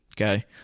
Okay